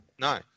No